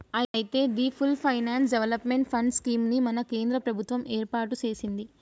అయితే the full finance development fund scheme ని మన కేంద్ర ప్రభుత్వం ఏర్పాటు సెసింది